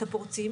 את הפורצים,